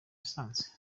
essence